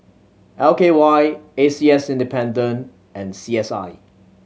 L K Y A C S and C S I